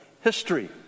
history